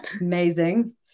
Amazing